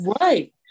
right